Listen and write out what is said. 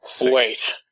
Wait